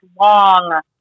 long